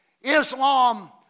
Islam